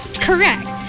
Correct